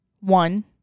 One